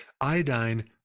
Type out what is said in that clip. iodine